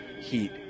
heat